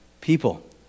people